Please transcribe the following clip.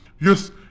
Yes